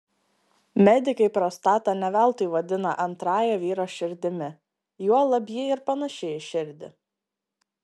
medikai prostatą ne veltui vadina antrąja vyro širdimi juolab ji ir panaši į širdį